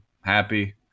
Happy